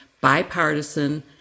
bipartisan